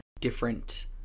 different